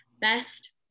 best